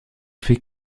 fait